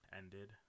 ended